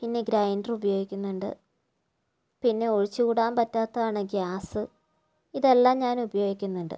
പിന്നെ ഗ്രൈൻഡർ ഉപയോഗിക്കുന്നുണ്ട് പിന്നെ ഒഴിച്ചുകൂടാൻ പറ്റാത്തതാണ് ഗ്യാസ് ഇതെല്ലാം ഞാൻ ഉപയോഗിക്കുന്നുണ്ട്